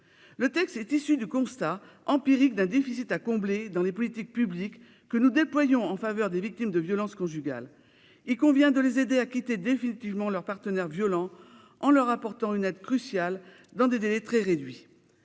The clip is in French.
Le texte est issu du constat empirique d'un déficit à combler dans les politiques publiques que nous déployons en faveur des victimes de violences conjugales. Il convient de les aider à quitter définitivement leur partenaire violent, en leur apportant une aide cruciale dans des délais très réduits.